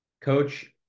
Coach